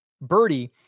birdie